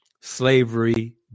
slavery